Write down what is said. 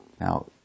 now